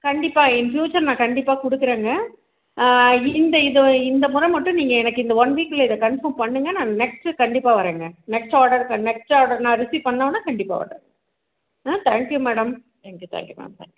கண்டிப்பாக in future நான் கண்டிப்பாக கொடுக்குறங்க இந்த இது இந்த முறை மட்டும் நீங்கள் எனக்கு இந்த ஒன் வீக் குள்ளே இதை கன்ஃபார்ம் பண்ணுங்கள் நான் நெக்ஸ்ட்டு கண்டிப்பாக வரங்க நெக்ஸ்ட் ஆர்டர் நான் நெக்ஸ்ட் ஆர்டர் நான் ரிசிவ் பண்ணோன கண்டிப்பாக வரேன் ah thank you madam thank you thank you